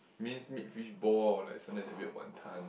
minced mixed fishball like sometime the weird Wan Ton